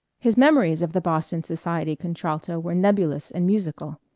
his memories of the boston society contralto were nebulous and musical.